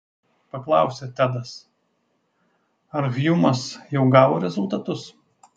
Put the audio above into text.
paklausė tedas ar hjumas jau gavo rezultatus